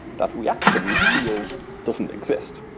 that reactions field doesn't exist.